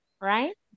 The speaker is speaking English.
right